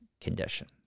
condition